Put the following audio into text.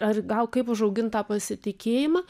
ar gal kaip užaugint tą pasitikėjimą